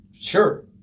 Sure